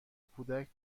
کودک